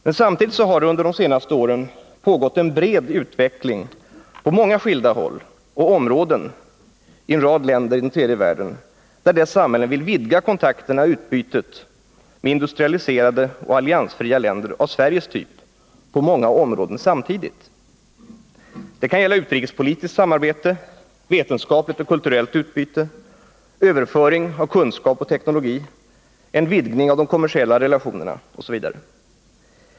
Men samtidigt har under de senaste åren pågått en bred utveckling i en rad länder i den tredje världen där dess samhällen vill vidga kontakterna och utbytet med industrialiserade och alliansfria länder av Sveriges typ på många olika områden. Det kan gälla utrikespolitiskt samarbete, vetenskapligt och kulturellt utbyte, överföring av kunskap och teknologi, en vidgning av de kommersiella relationerna, osv.